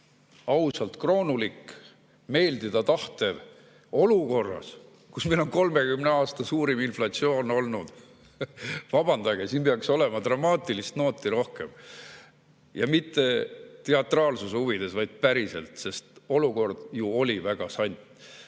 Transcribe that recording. ausalt kroonulik, meeldida tahtev olukorras, kus meil on 30 aasta suurim inflatsioon olnud. (Naerab.) Vabandage, siin peaks olema dramaatilist nooti rohkem ja mitte teatraalsuse huvides, vaid päriselt, sest olukord ju oli väga sant.